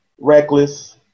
reckless